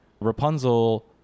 Rapunzel